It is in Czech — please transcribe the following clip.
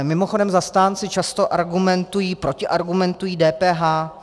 Mimochodem zastánci často argumentují, protiargumentují DPH.